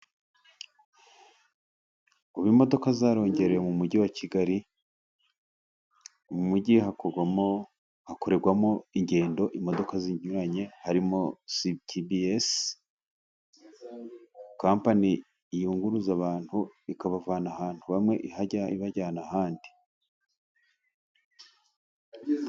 Kuba imodoka zarongerewe mu mujyi wa kigali mu mujyi hakorwamo ingendo. Imodoka zinyuranye harimo sekibiyesu kampani yunguruza abantu ikabavana ahantu bamwe ibajyana ahandi.